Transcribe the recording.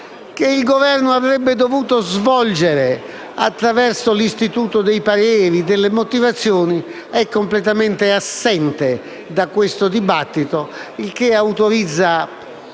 che il Governo avrebbe dovuto svolgere attraverso l'istituto dei pareri e delle motivazioni, sia completamente assente da questo dibattito. E ciò autorizza